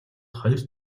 хоёр